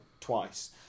Twice